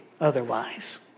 otherwise